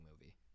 movie